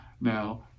now